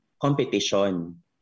competition